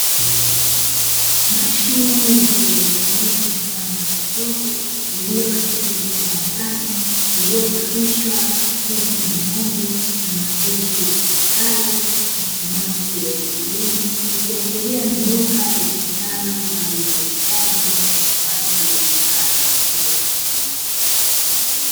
Mashine ya kielektroniki mfano wa jokofu iliyo katika eneo la ndani iliyochapishwa picha ya ng'ombe na maandishi yasomekayo "TASI MATI ATM " ikiashiria ni duka litumikalo kwa ajili ya uuzaji na ununuaji wa bidhaa za maziwa.